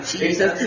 Jesus